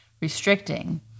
restricting